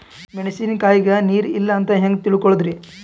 ಮೆಣಸಿನಕಾಯಗ ನೀರ್ ಇಲ್ಲ ಅಂತ ಹೆಂಗ್ ತಿಳಕೋಳದರಿ?